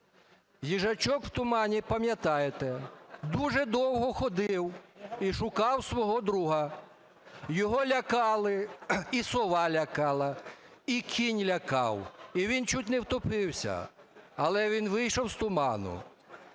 Їжачок в тумані, пам'ятаєте, дуже довго ходив і шукав свого друга. Його лякали, і сова лякала, і кінь лякав, і він чуть не втопився. Але він вийшов з туману,